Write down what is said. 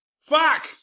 Fuck